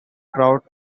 trout